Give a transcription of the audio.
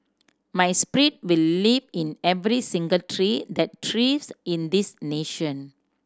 my spirit will live in every single tree that thrives in this nation